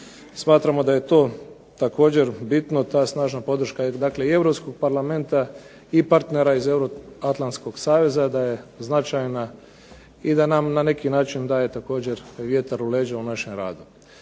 Smatramo da je to također bitno, ta snažna podrška i Europskog parlamenta i partnera iz Euroatlantskog saveza, da je značajna i da nam na neki način daje također vjetar u leđa u našem radu.